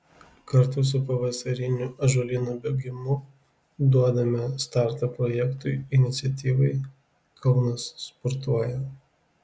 kartu su pavasariniu ąžuolyno bėgimu duodame startą projektui iniciatyvai kaunas sportuoja